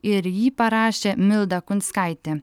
ir jį parašė milda kunskaitė